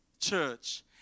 church